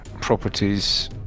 properties